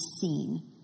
seen